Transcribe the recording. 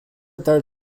teilt